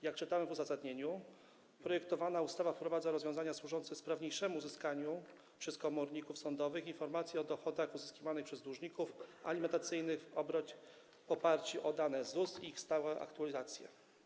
Jak czytamy w uzasadnieniu, projektowana ustawa wprowadza rozwiązania służące sprawniejszemu uzyskaniu przez komorników sądowych informacji o dochodach uzyskiwanych przez dłużników alimentacyjnych w oparciu o dane ZUS i ich stałe aktualizacje.